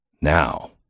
Now